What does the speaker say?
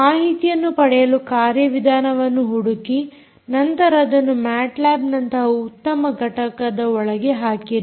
ಮಾಹಿತಿಯನ್ನು ಪಡೆಯಲು ಕಾರ್ಯವಿಧಾನವನ್ನು ಹುಡುಕಿ ನಂತರ ಅದನ್ನು ಮ್ಯಾಟ್ ಲ್ಯಾಬ್ನಂತಹ ಉತ್ತಮ ಘಟಕದ ಒಳಗೆ ಹಾಕಿರಿ